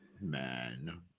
man